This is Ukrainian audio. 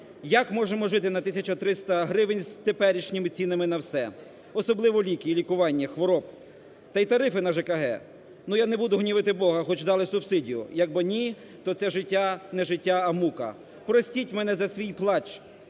Як можемо жити на 1 тисячу 300 гривень з теперішніми цінами на все, особливо ліки і лікування хвороб, та й тарифи на ЖГК? Ну, я не буду гнівити Бога: хоч дали субсидію. Якби ні, то це життя не життя, а мука. Простіть мене за свій плач.